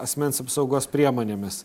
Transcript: asmens apsaugos priemonėmis